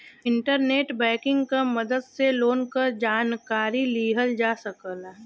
internet banking क मदद से लोन क जानकारी लिहल जा सकला